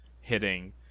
hitting